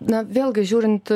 na vėlgi žiūrint